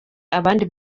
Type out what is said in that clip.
abandi